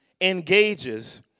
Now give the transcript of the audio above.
engages